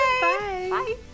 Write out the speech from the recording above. bye